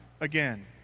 again